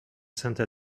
sainte